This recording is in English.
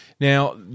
Now